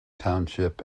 township